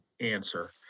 answer